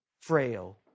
frail